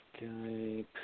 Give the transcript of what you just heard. Skype